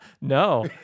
No